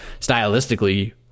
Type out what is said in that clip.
stylistically